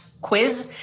quiz